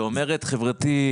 אומרת חברתי,